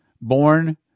born